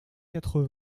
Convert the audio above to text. quatre